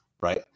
right